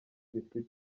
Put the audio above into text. bifite